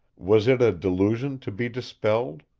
was it a delusion to be dispelled,